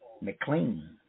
McLean